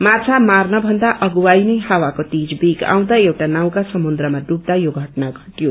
माछा मार्न भन्दा अगुवाई नै छवाको तेज वेग आउँदा एउटा नाउ समुन्त्रमा हुब्दा यो घटना घटयो